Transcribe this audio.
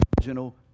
original